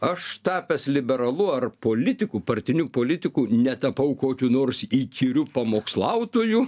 aš tapęs liberalu ar politiku partiniu politiku netapau kokiu nors įkyriu pamokslautoju